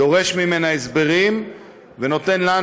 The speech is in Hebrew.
דורש ממנה הסברים ונותן לנו,